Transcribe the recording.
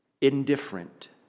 indifferent